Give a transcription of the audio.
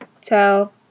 tell